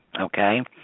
okay